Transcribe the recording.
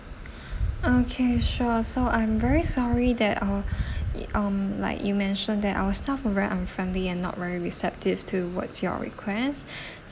okay sure so I'm very sorry that uh um like you mentioned that our staff were very unfriendly and not very receptive towards your request